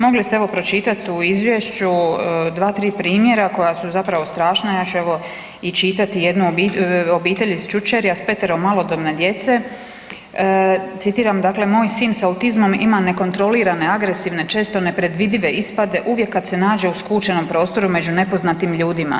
Mogli ste, evo, pročitati u izvješću 2, 3 primjera koja su zapravo strašna evo, ja ću evo, i čitati jednu obitelj iz Čučerja s petero malodobne djece, citiram, dakle, moj sin s autizmom ima nekontrolirane, agresivne, često nepredvidive ispade uvijek kad se nađe u skučenom prostoru među nepoznatim ljudima.